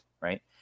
right